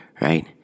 right